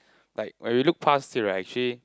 like when you look pass here right actually